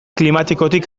klimatikotik